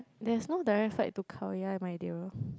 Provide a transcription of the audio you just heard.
that's no direct flight to Khao-Yai my dear